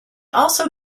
also